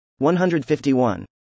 151